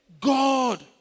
God